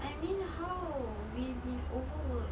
I mean how we've been overworked